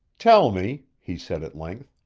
tell me, he said, at length,